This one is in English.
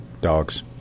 dogs